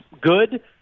good